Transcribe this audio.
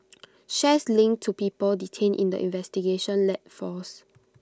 shares linked to people detained in the investigation led falls